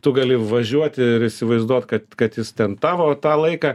tu gali važiuoti ir įsivaizduot kad kad jis ten tavo tą laiką